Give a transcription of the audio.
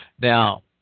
now